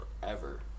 forever